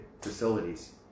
facilities